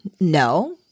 No